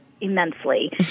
immensely